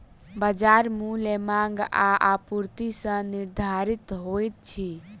बजार मूल्य मांग आ आपूर्ति सॅ निर्धारित होइत अछि